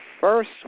first